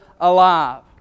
alive